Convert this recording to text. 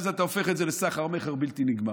אז אתה הופך את זה לסחר-מכר בלתי נגמר.